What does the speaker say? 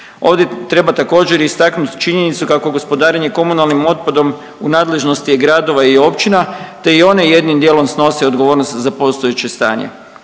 Ovdje treba također istaknuti činjenicu kako gospodarenje komunalnim otpadom u nadležnosti je gradova i općina te i one jednim dijelom snose odgovornost za postojeće stanje.